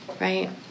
right